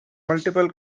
multiple